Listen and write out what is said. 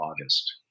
August